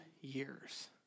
years